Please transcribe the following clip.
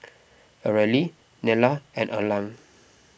Areli Nella and Erland